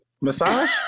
massage